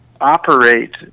operate